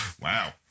Wow